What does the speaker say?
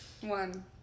one